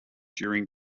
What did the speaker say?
during